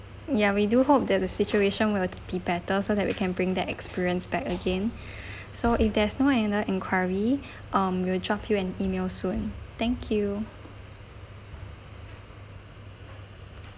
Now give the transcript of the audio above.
ya we do hope that the situation will be better so that we can bring the experience back again so if there's no another enquiry um we'll drop you an email soon thank you